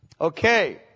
Okay